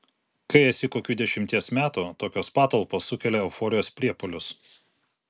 kai esi kokių dešimties metų tokios patalpos sukelia euforijos priepuolius